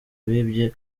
bibye